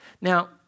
Now